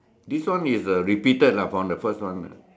this one is uh repeated lah from the first one ah